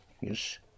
yes